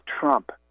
Trump